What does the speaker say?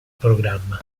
programma